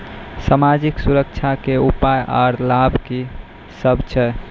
समाजिक सुरक्षा के उपाय आर लाभ की सभ छै?